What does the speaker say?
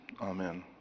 amen